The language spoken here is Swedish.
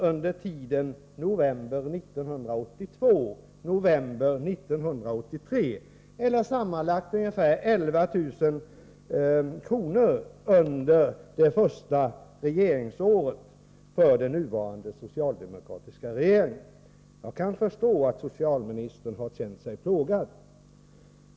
under tiden november 1982-november 1983, eller med sammanlagt ungefär 11 000 kr. under det första socialdemokratiska regeringsåret. Jag kan förstå att socialministern har känt sig plågad.